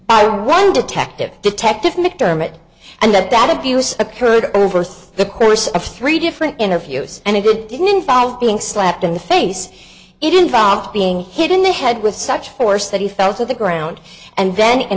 by one detective detective mcdermott and that that abuse occurred over the course of three different interviews and it didn't involve being slapped in the face it involved being hit in the head with such force that he fell to the ground and then in